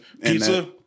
pizza